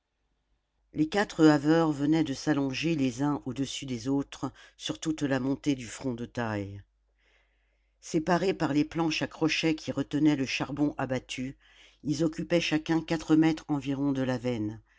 les quatre haveurs venaient de s'allonger les uns au-dessus des autres sur toute la montée du front de taille séparés par les planches à crochets qui retenaient le charbon abattu ils occupaient chacun quatre mètres environ de la veine